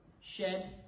shed